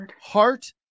heart